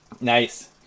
Nice